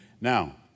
Now